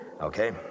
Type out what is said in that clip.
Okay